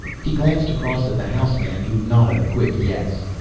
he glanced across at the house man who nodded a quick yes.